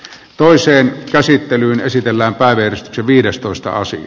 toiseen käsittelyyn esitellään päivien viides toista asti